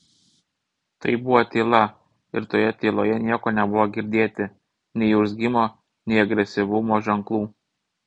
tai buvo tyla ir toje tyloje nieko nebuvo girdėti nei urzgimo nei agresyvumo ženklų